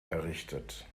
errichtet